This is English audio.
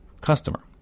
customer